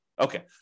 Okay